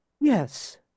Yes